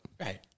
Right